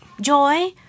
Joy